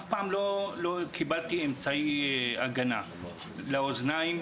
אף פעם לא קיבלתי אמצעי הגנה לאוזניים,